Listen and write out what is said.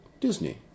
Disney